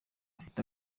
afite